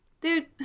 Dude